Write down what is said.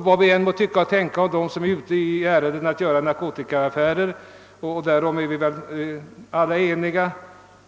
Vad vi än må anse om dem som sysslar med narkotikaaffärer — vi är väl alla eniga